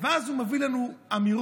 ואז הוא מביא לנו אמירות.